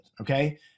Okay